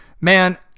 man